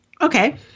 Okay